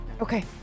Okay